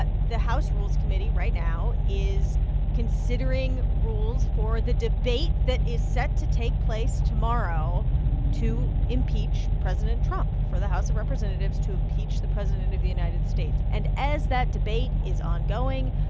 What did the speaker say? the house rules committee right now is considering rules for the debate that is set to take place tomorrow to impeach president trump for the house of representatives to impeach the president of the united states. and as that debate is ongoing,